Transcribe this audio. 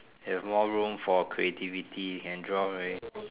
it has more room for creativity can draw very